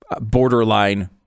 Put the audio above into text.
borderline